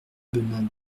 benin